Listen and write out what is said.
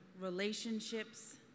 relationships